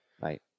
right